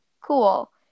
cool